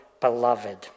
beloved